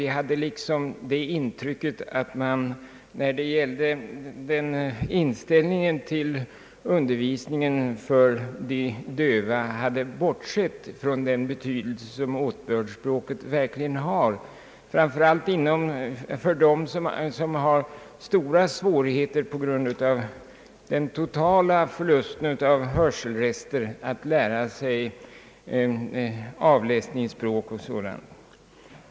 Vi hade intrycket att man när det gällde undervisningen för döva hade bortsett från den betydelse, som åtbördsspråket verkligen har, framför allt för dem som på grund av den totala förlusten av hörselrester har stora svårigheter att lära sig avläsningsspråk och sådant.